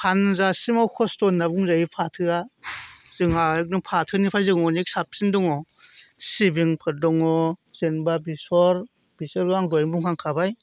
फानजासिमाव खस्थ' होनना बुंजायो फाथोआ जोंहा एकदम फाथोनिफ्राय जों अनेक साबसिन दङ सिबिंफोर दङ जेनेबा बेसर बेसरखौ आं दहायनो बुुंंखांखाबााय